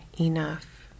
enough